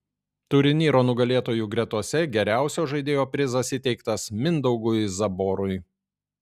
turnyro nugalėtojų gretose geriausio žaidėjo prizas įteiktas mindaugui zaborui